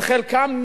וחלקם,